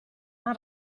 una